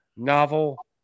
Novel